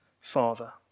Father